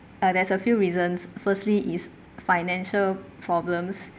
uh there's a few reasons firstly is financial problems